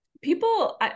people